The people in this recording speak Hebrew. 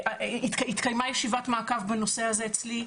התקיימה ישיבת מעקב בנושא הזה אצלי,